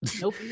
Nope